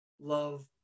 love